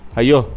ayo